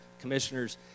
commissioners